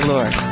Lord